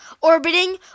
orbiting